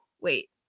wait